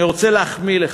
אני רוצה להחמיא לך,